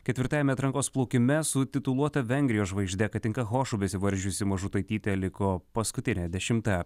ketvirtajame atrankos plaukime su tituluota vengrijos žvaigžde katinka hošu besivaržiusi mažutaitytė liko paskutinė dešimta